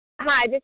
Hi